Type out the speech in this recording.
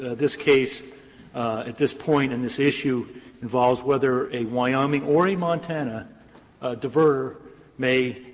this case at this point in this issue involves whether a wyoming or a montana diverter may